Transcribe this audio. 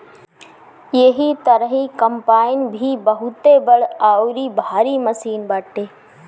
एही तरही कम्पाईन भी बहुते बड़ अउरी भारी मशीन बाटे